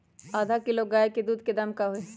आधा किलो गाय के दूध के का दाम होई?